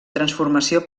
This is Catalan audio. transformació